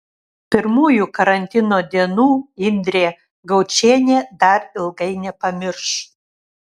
pirmųjų karantino dienų indrė gaučienė dar ilgai nepamirš